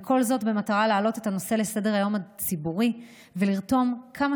וכל זאת במטרה להעלות את הנושא לסדר-היום הציבורי ולרתום כמה